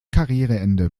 karriereende